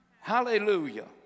hallelujah